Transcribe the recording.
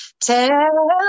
tell